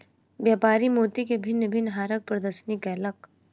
व्यापारी मोती के भिन्न भिन्न हारक प्रदर्शनी कयलक